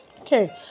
Okay